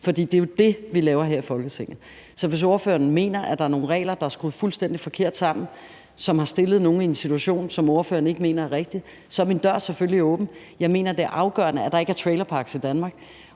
det er jo det, vi laver her i Folketinget. Så hvis spørgeren mener, at der er nogle regler, der er skruet fuldstændig forkert sammen, og som har stillet nogle i en situation, som spørgeren ikke mener er rigtig, er min dør selvfølgelig åben. Jeg mener, det er afgørende, at der ikke er trailerparker i Danmark,